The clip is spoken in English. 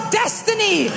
destiny